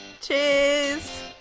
cheers